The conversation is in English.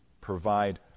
provide